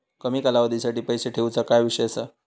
कमी कालावधीसाठी पैसे ठेऊचो काय विषय असा?